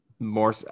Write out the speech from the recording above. more